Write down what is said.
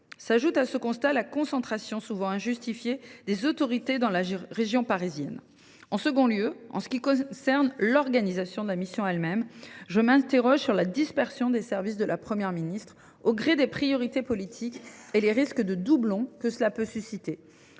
S’ajoute à ce constat la concentration, souvent injustifiée, des autorités dans la région parisienne. En second lieu, en ce qui concerne l’organisation de la mission elle même, je m’interroge sur la dispersion des services de la Première ministre, au gré des priorités politiques, et sur les risques de doublons que cela peut susciter.